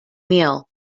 meal